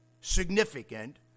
significant